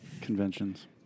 conventions